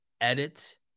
edit